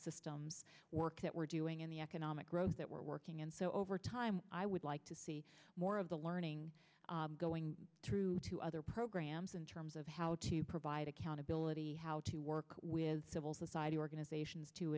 systems work that we're doing in the economic growth that we're working and so over time i would like to see more of the learning going through to other programs in terms of how to provide accountability how to work with civil society organizations to